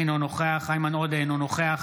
אינו נוכח איימן עודה, אינו נוכח